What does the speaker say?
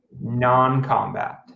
non-combat